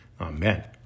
Amen